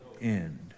end